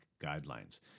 guidelines